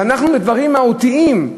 ואנחנו בדברים מהותיים,